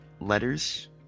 letters